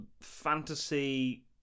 fantasy